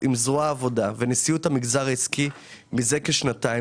עם זרוע העבודה ועם נשיאות המגזר העסקי זה שנתיים.